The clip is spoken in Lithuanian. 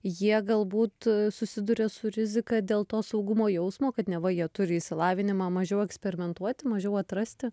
jie galbūt susiduria su rizika dėl to saugumo jausmo kad neva jie turi išsilavinimą mažiau eksperimentuoti mažiau atrasti